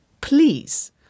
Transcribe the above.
Please